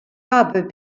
cobb